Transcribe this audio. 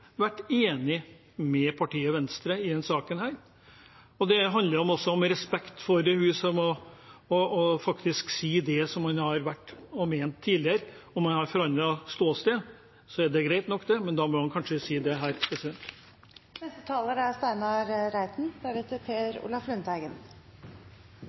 vært enig med partiet Venstre i denne saken. Det handler om respekt og om å si det man har ment tidligere. Om man har forandret ståsted, er det greit nok, men da bør man kanskje si det. Det har vært interessant å sitte og høre på innleggene fra Senterpartiet her